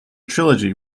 trilogy